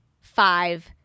Five